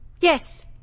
Yes